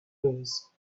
hers